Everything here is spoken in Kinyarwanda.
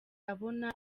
abona